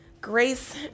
Grace